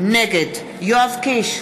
נגד יואב קיש,